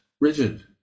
rigid